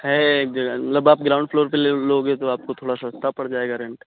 ہے ایک جگہ مطلب آپ گراؤنڈ فلور پہ لوگے تو آپ کو تھوڑا سستا پڑ جائے گا رینٹ